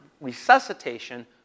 resuscitation